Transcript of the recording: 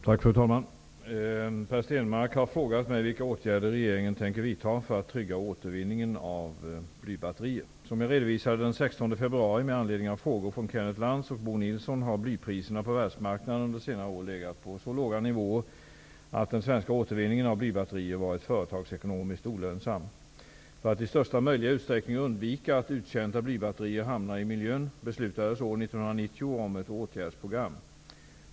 Fru talman! Per Stenmarck har frågat mig vilka åtgärder regeringen tänker vidta för att trygga återvinningen av blybatterier. Som jag redovisade den 16 februari med anledning av frågor från Kenneth Lantz och Bo Nilsson har blypriserna på världsmarknaden under senare år legat på så låga nivåer att den svenska återvinningen av blybatterier varit företagsekonomiskt olönsam. För att i största möjliga utsträckning undvika att uttjänta blybatterier hamnar i miljön beslutades år 1990 om ett åtgärdsprogram.